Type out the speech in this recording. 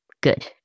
Good